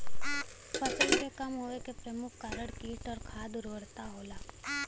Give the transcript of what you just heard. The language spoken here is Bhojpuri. फसल क कम होवे क प्रमुख कारण कीट और खाद उर्वरता होला